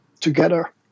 together